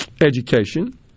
education